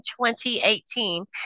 2018